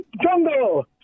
jungle